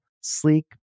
sleek